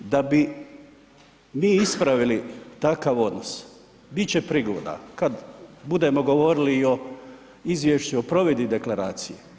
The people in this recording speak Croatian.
Da bi mi ispravili takav odnos, biti će prigoda kad budemo govorili i izvješću o provedbi deklaracije.